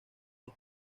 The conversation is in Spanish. los